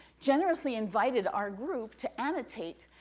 generously invited our group to annotate,